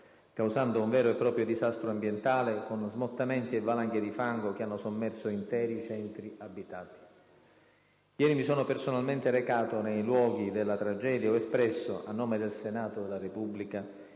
causando un vero e proprio disastro ambientale, con smottamenti e valanghe di fango che hanno sommerso interi centri abitati. Ieri mi sono personalmente recato nei luoghi della tragedia e ho espresso, a nome del Senato della Repubblica,